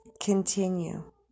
continue